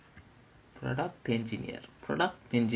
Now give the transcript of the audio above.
product engineer product engineer